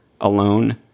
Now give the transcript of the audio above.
alone